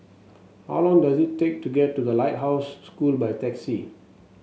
how long does it take to get to The Lighthouse School by taxi